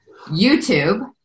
YouTube